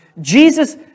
Jesus